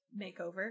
makeover